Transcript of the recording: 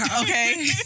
Okay